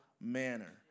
manner